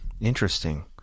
Interesting